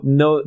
no